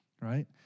right